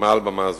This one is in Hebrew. מעל במה זו.